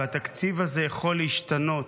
והתקציב הזה יכול להשתנות.